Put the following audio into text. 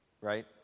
right